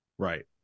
Right